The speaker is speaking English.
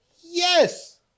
Yes